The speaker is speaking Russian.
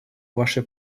ваше